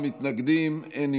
אני מניח.